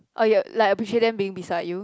oh you like appreciate them being beside you